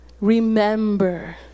Remember